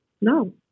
No